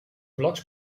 blocs